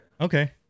okay